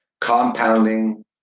Compounding